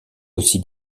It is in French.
aussi